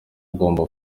ugomba